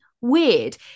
weird